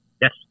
Yes